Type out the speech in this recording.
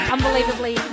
Unbelievably